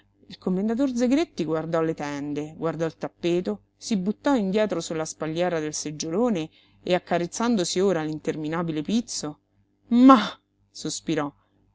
il commendator zegretti guardò le tende guardò il tappeto si buttò indietro su la spalliera del seggiolone e accarezzandosi ora l'interminabile pizzo mah sospirò